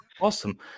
awesome